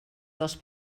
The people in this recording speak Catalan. dels